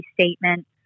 statement